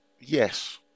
yes